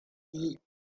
yi